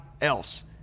else